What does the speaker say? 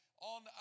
on